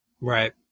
Right